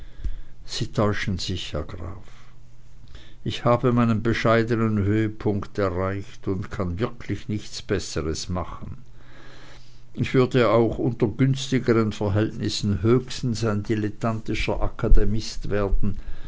sie täuschen sich herr graf ich habe meinen bescheidenen höhepunkt erreicht und kann wirklich nichts besseres machen ich würde auch unter günstigeren verhältnissen höchstens ein dilettantischer akademist werden